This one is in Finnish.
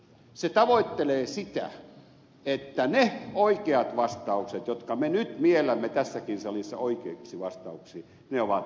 se tavoittelee sitä että ne oikeat vastaukset jotka me nyt miellämme tässäkin salissa oikeiksi vastauksiksi ovat vääriä vastauksia